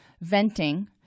venting